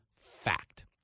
fact